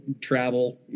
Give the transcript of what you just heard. travel